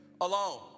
alone